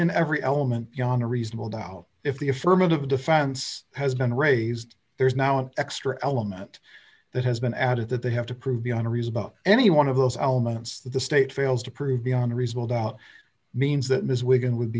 and every element yana reasonable doubt if the affirmative defense has been raised there is now an extra element that has been added that they have to prove beyond a reasonable any one of those elements that the state fails to prove beyond a reasonable doubt means that ms wigan would